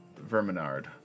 Verminard